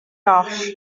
goll